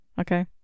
Okay